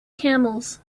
camels